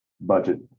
budget